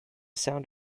sound